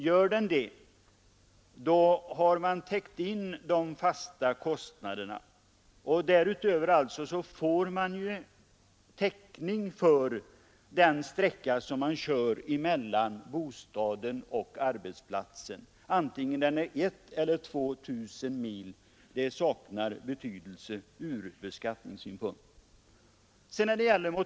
Om så är fallet har man täckt in de fasta kostnaderna, och därutöver får man alltså göra avdrag för kostnader för den sträcka man kör mellan bostaden och arbetsplatsen vare sig denna är 1 000 mil eller 2 000 mil — det saknar betydelse ur beskattningssynpunkt.